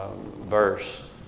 verse